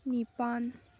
ꯅꯤꯄꯥꯜ